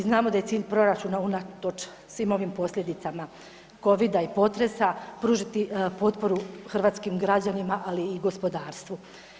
Znamo da je cilj proračuna unatoč svim ovim posljedicama covida i potresa pružiti potporu hrvatskim građanima, ali gospodarstvu.